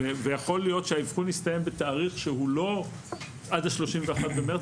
ויכול להיות שהאבחון יסתיים בתאריך שהוא לא עד ה-31 במרץ.